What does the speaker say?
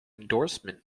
endorsement